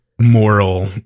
moral